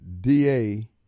DA